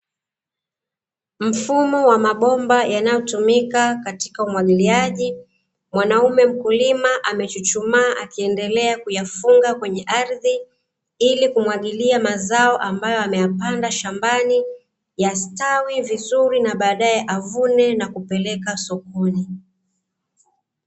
Mfumo wa mabomba yanayotumika katika umwagiliaji, mwanaume mkulima amechuchumaa akiendelea kuyafunga kwenye ardhi ili kumwagilia mazao ambayo ameyapanda shambani, yastawi vizuri na baadae avune na kupeleka sokoni.